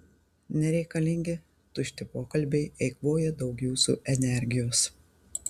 nereikalingi tušti pokalbiai eikvoja daug jūsų energijos